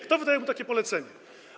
Kto wydaje mu takie polecenie?